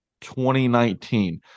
2019